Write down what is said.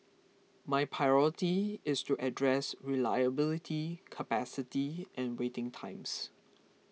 my priority is to address reliability capacity and waiting times